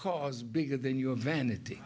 cause bigger than your vanity